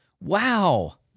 Wow